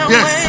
Yes